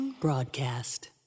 Broadcast